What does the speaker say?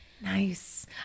Nice